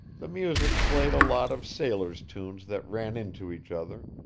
the music played a lot of sailors' tunes that ran into each other,